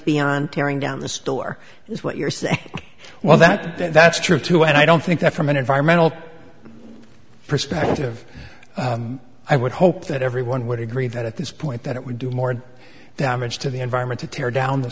beyond tearing down the store is what you're saying well that that's true too i don't think that from an environmental perspective i would hope that everyone would agree that at this point that it would do more damage to the environment to tear down the